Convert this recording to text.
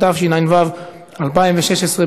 התשע"ו 2016,